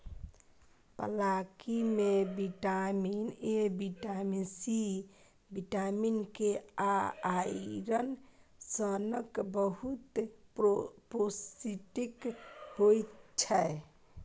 पलांकी मे vitamin A, vitamin C, vitamin K आ आइरन सनक बहुत पौष्टिक होइ छै